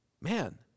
Man